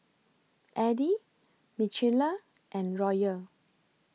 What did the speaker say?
Eddy Michaela and Royal